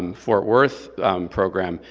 um fort worth program,